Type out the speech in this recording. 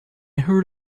heard